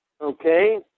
okay